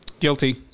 Guilty